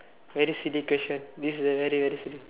very silly question this is a very very silly